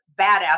badass